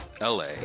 LA